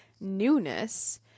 newness